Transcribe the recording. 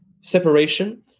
separation